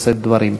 לשאת דברים.